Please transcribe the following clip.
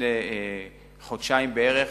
לפני חודשיים בערך,